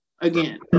again